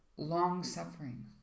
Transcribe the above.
long-suffering